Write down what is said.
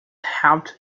helped